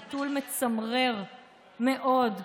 ביטול מצמרר מאוד,